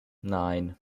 nine